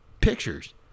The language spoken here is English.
pictures